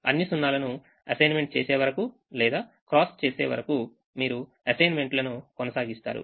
అన్ని 0 లను అసైన్మెంట్ చేసేవరకు లేదా క్రాస్ చేసే వరకు మీరు అసైన్మెంట్ లను కొనసాగిస్తారు